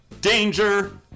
DANGER